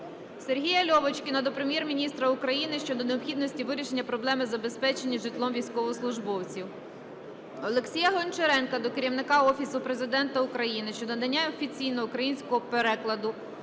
Сергія Льовочкіна до Прем'єр-міністра України щодо необхідності вирішення проблеми забезпечення житлом військовослужбовців. Олексія Гончаренка до Керівника Офісу Президента України щодо надання офіційного українського перекладу